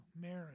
marriage